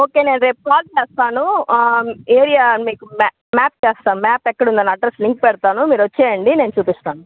okay నేను రేపు call చేస్తాను ఏరియా మీకు మా మ్యాప్ చేస్తాను మ్యాప్ ఎక్కడుందని అడ్రెస్ లింక్ పెడుతాను మీరొచ్చేయండి నేను చూపిస్తాను